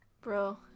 Bro